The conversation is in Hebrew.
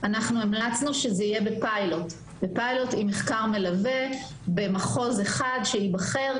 אנחנו המלצנו שזה יהיה בפיילוט עם מחקר מלווה במחוז אחד שייבחר,